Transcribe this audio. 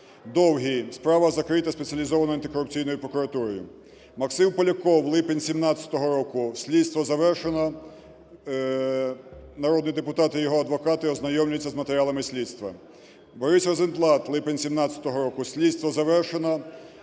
Довгий – справа закрита Спеціалізованою антикорупційною прокуратурою. Максим Поляков – липень 17-го року. Слідство завершено, народний депутат і його адвокати ознайомлюються з матеріалами слідства. Борис Розенблат – липень 17-го року. Слідство завершено,